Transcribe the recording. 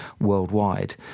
worldwide